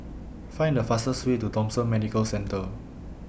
Find The fastest Way to Thomson Medical Centre